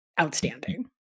outstanding